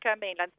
mainland